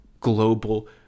global